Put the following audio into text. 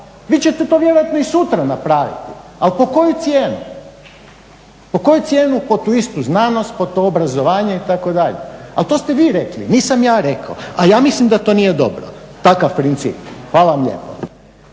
Vi ćete to vjerojatno i sutra napraviti, ali po koju cijenu, po koju cijenu po tu istu znanost, po to isto obrazovanje itd. ali to ste vi rekli, nisam ja rekao. A ja mislim da to nije dobro, takav princip. Hvala vam lijepo.